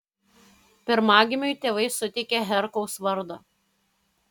pirmagimiui tėvai suteikė herkaus vardą